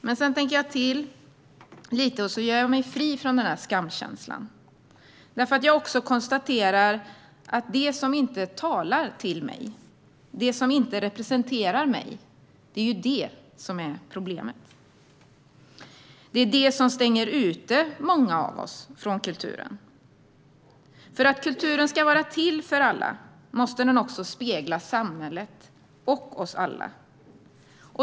Men sedan tänker jag till lite grann och gör mig fri från den där skamkänslan, därför att jag också konstaterar att det som inte talar till mig och det som inte representerar mig är det som är problemet. Det är det som stänger ute många av oss från kulturen. För att kulturen ska vara till för alla måste den också spegla samhället och oss alla.